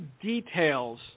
details